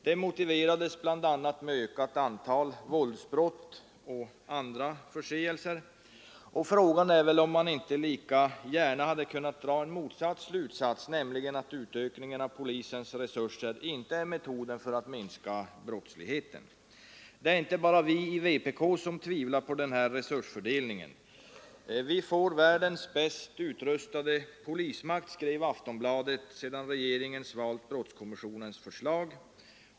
Det motiverades bl.a. med ökat antal våldsbrott och andra förseelser. Frågan är om man inte lika gärna hade kunnat dra en motsatt slutsats, nämligen att utökningen av polisens resurser inte är metoden för att minska brottsligheten. Det är inte bara vi i vpk som tvivlar på det riktiga i den här resursfördelningen. ”Vi får världens bäst utrustade polismakt”, skrev Aftonbladet sedan regeringen valt brottskommissionens förslag.